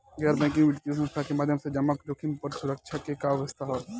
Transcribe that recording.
गैर बैंकिंग वित्तीय संस्था के माध्यम से जमा जोखिम पर सुरक्षा के का व्यवस्था ह?